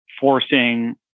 forcing